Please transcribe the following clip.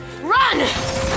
run